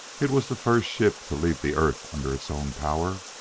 it was the first ship to leave the earth under its own power,